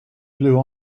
blue